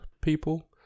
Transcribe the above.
people